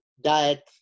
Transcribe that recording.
diet